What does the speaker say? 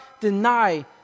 deny